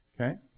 Okay